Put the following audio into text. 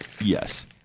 Yes